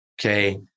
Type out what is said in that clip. okay